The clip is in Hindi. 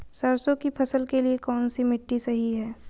सरसों की फसल के लिए कौनसी मिट्टी सही हैं?